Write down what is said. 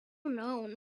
known